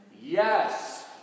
Yes